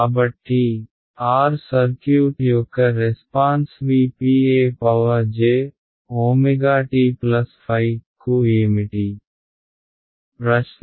కాబట్టి R circuit యొక్క response V p e jω t ϕకు ఏమిటి